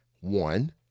One